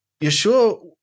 Yeshua